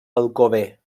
alcover